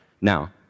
Now